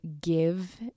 give